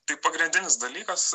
tai pagrindinis dalykas